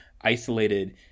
isolated